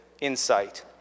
insight